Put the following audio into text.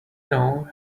know